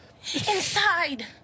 Inside